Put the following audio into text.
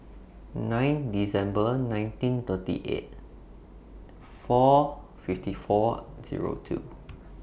nine December nineteen thirty eight four fifty four two O two